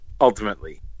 ultimately